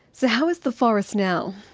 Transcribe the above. so, how is the forest now?